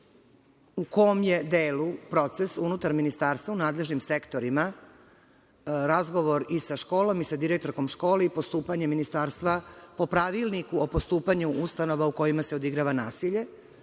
u kom je delu proces unutar Ministarstva, u nadležnim sektorima, razgovor i sa školom i sa direktorkom škole, i postupanje Ministarstva po Pravilniku o postupanju ustanova u kojima se odigrava nasilje,